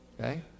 okay